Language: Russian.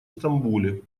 стамбуле